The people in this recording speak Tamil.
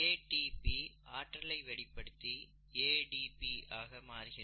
ATP ஆற்றலை வெளிப்படுத்தி ADP ஆக மாறுகிறது